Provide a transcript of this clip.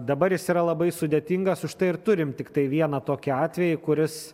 dabar jis yra labai sudėtingas užtai ir turim tiktai vieną tokį atvejį kuris